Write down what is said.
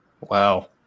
Wow